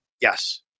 Yes